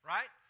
Right